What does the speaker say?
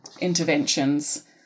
interventions